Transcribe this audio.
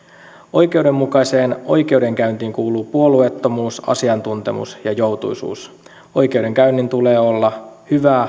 oikeudenmukaiseen oikeudenkäyntiin kuuluvat puolueettomuus asiantuntemus ja joutuisuus oikeudenkäynnin tulee olla